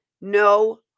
no